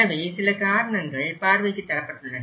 எனவே சில காரணங்கள் பார்வைக்கு தரப்பட்டுள்ளன